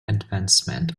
advancement